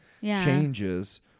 changes